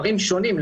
שוויון מגדרי?